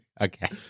Okay